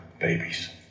babies